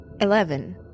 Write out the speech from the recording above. Eleven